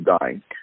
dying